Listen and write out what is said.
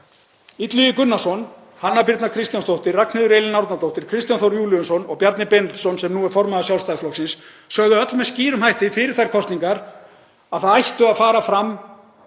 Illugi Gunnarsson, Hanna Birna Kristjánsdóttir, Ragnheiður Elín Árnadóttir, Kristján Þór Júlíusson og Bjarni Benediktsson, sem nú er formaður Sjálfstæðisflokksins, sögðu öll með skýrum hætti fyrir þær kosningar að það ætti að fara fram